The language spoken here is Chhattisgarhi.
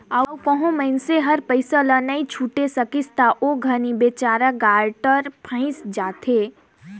अउ कहों मइनसे हर पइसा ल नी छुटे सकिस ता ओ घनी बिचारा गारंटर फंइस जाथे